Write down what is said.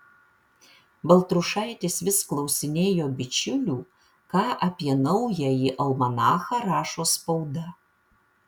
baltrušaitis vis klausinėjo bičiulių ką apie naująjį almanachą rašo spauda